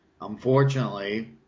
Unfortunately